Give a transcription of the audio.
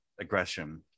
aggression